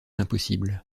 impossible